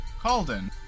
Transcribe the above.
Calden